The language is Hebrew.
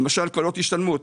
למשל קרנות השתלמות.